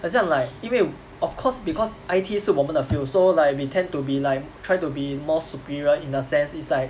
很像 like 因为 of course because it 是我们的 field so like we tend to be like try to be more superior in the sense it's like